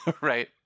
Right